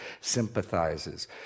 sympathizes